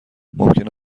ممکن